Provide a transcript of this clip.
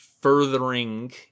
furthering